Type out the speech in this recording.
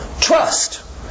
trust